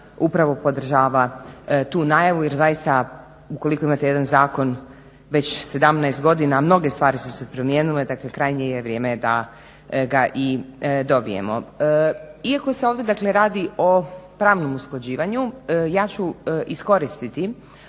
upravo podržava tu najavu jer zaista ukoliko imate jedan zakon već 17 godina a mnoge stvari su se promijenile, dakle krajnje je vrijeme da ga i dobijemo. Iako se ovdje dakle radi o pravnom usklađivanju ja ću iskoristiti